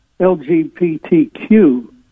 LGBTQ